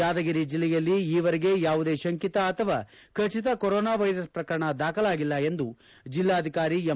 ಯಾದಗಿರಿ ಜಿಲ್ಲೆಯಲ್ಲಿ ಈವರೆಗೆ ಯಾವುದೇ ಶಂಕಿತ ಅಥವಾ ಖಚಿತ ಕೊರೋನಾ ವೈರಸ್ ಪ್ರಕರಣ ದಾಖಲಾಗಿಲ್ಲ ಎಂದು ಜೆಲ್ಲಾಧಿಕಾರಿ ಎಂ